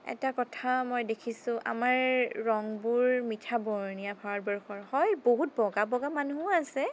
এটা কথা মই দেখিছোঁ আমাৰ ৰঙবোৰ মিঠা বৰণীয়া ভাৰতবৰ্ষৰ হয় বহুত বগা বগা মানুহো আছে